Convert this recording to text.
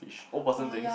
which old person thinks